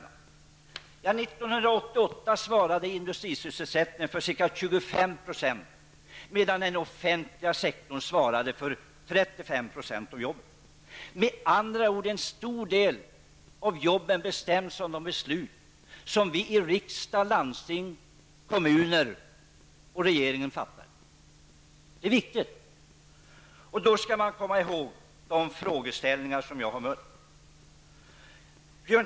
År 1988 svarade industrisysselsättningen för ca 25 %, medan den offentliga sektorn svarade för 35 % av jobben. En stor del av jobben bestäms med andra ord av de beslut som fattas av riksdag, landsting, kommuner och regeringen. Då skall man komma ihåg de frågeställningar som jag har mött.